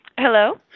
Hello